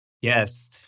Yes